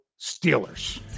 Steelers